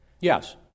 Yes